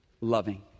loving